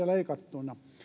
leikattuina